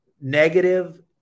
negative